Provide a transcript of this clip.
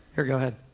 here go ahead.